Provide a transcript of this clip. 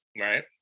right